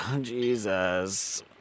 Jesus